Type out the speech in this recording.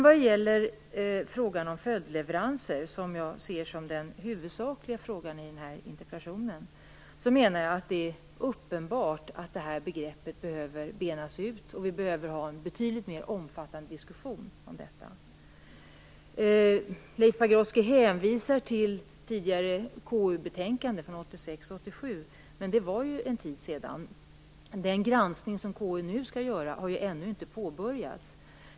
Vad gäller frågan om följdleveranser, som jag ser som den huvudsakliga frågan i denna interpellation, menar jag att det är uppenbart att detta begrepp behöver benas ut. Vi behöver ha en betydligt mer omfattande diskussion om detta. Leif Pagrotsky hänvisar till ett tidigare KU betänkande från 1986/87, men det var ju en tid sedan. Den granskning som KU nu skall göra har ju ännu inte påbörjats.